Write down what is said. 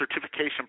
certification